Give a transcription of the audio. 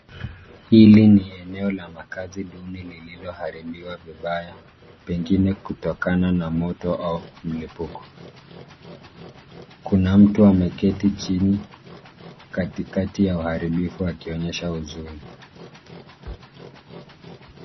Hili ni eneo la makaazi duni lililoharibiwa vibaya, pengine kutokana na moto au mlipuko. Kuna mtu ameketi chini katikati ya uharibifu akionyesha huzuni.